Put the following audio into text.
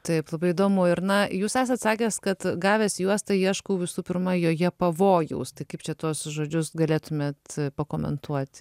taip labai įdomu ir na jūs esat sakęs kad gavęs juostą ieškau visų pirma joje pavojaus tai kaip čia tuos žodžius galėtumėt pakomentuoti